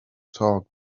talk